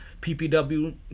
PPW